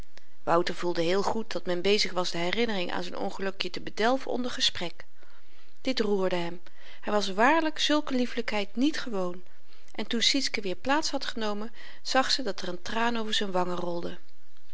wouter voelde heel goed dat men bezig was de herinnering aan z'n ongelukje te bedelven onder gesprek dit roerde hem hy was waarlyk zulke liefelykheid niet gewoon en toen sietske weer plaats had genomen zag ze dat er n traan over z'n wangen rolde